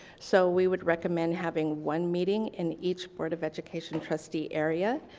so we would recommend having one meeting in each board of education trustee area.